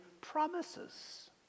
promises